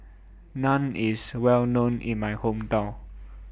Naan IS Well known in My Hometown